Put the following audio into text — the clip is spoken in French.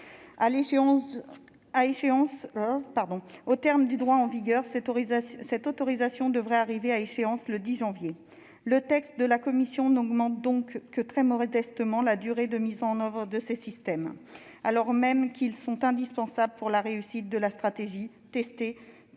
d'interrogations. Aux termes du droit en vigueur, cette autorisation devrait arriver à échéance le 10 janvier. Le texte de la commission n'augmente donc que très modestement la durée d'utilisation de ce système, alors même qu'il est indispensable pour la réussite de la stratégie « tester,